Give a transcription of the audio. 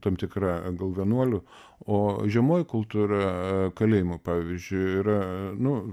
tam tikra gal vienuolių o žemoji kultūra kalėjimo pavyzdžiui yra nu